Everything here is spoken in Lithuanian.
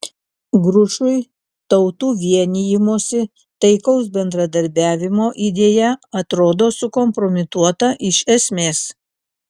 grušui tautų vienijimosi taikaus bendradarbiavimo idėja atrodo sukompromituota iš esmės